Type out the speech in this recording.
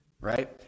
right